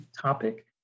topic